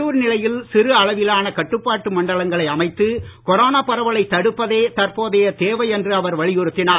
உள்ளுர் நிலையில் சிறு அளவிலான கட்டுப்பாட்டு மண்டலங்களை அமைத்து கொரோனா பரவலை தடுப்பதே தற்போதைய தேவை என்று அவர் வலியுறுத்தினார்